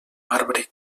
marbre